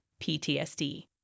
PTSD